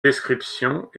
descriptions